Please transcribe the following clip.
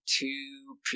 two